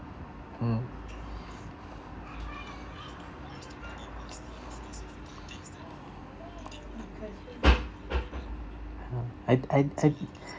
mm uh I I I